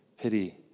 pity